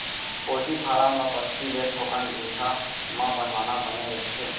poultry farm ल बस्ती ले थोकन दुरिहा म बनवाना बने रहिथे